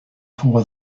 for